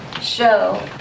show